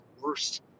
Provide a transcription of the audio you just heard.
worst